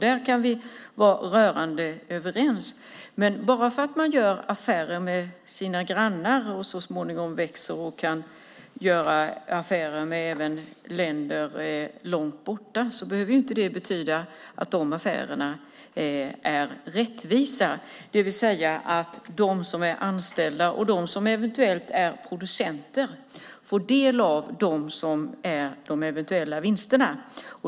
Där är vi rörande överens. Men bara för att man gör affärer med sina grannar och så småningom växer och kan göra affärer även med länder långt borta betyder det inte att dessa affärer är rättvisa, det vill säga att de anställda och producenterna får del av de eventuella vinsterna.